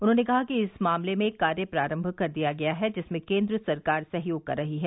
उन्होंने कहा कि इस मामले में कार्य प्रारम्भ कर दिया गया है जिसमें केन्द्र सरकार सहयोग कर रही है